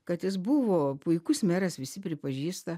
kad jis buvo puikus meras visi pripažįsta